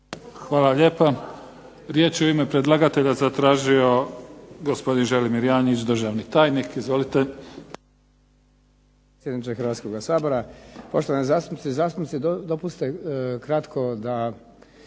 Hvala lijepa. Riječ je u ime predlagatelja zatražio gospodin Želimir Janjić, državni tajnik. Izvolite.